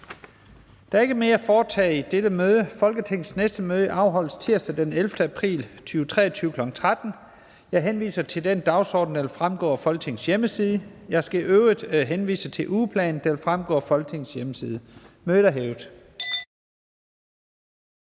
Der er ikke mere at foretage i dette møde. Folketingets næste møde afholdes tirsdag den 11. april 2023, kl. 13.00. Jeg henviser til den dagsorden, der vil fremgå af Folketingets hjemmeside. Jeg skal i øvrigt henvise til ugeplanen, der også vil fremgå af Folketingets hjemmeside. Mødet er hævet.